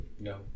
no